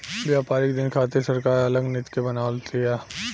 व्यापारिक दिन खातिर सरकार अलग नीति के बनाव तिया